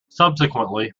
subsequently